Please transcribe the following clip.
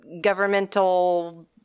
governmental